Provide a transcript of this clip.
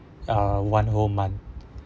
uh one whole month